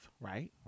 right